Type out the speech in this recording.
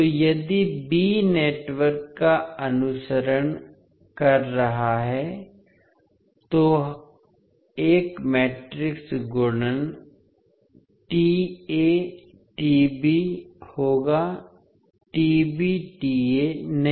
तो यदि b network का अनुसरण कर रहा है तो एक मैट्रिक्स गुणन होगा नहीं